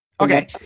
Okay